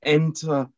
enter